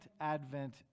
Advent